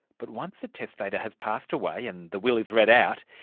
but once a testator has passed away and the will is read out,